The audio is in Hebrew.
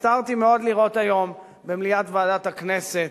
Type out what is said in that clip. הצטערתי מאוד לראות היום במליאת ועדת הכנסת